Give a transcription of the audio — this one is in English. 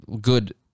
good